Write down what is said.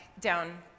down